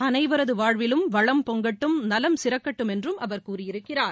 அனைவரதுவாழ்விலும் வளம் பொங்கட்டும் நலம் சிறக்கட்டும் என்றும் அவர் கூறியிருக்கிறார்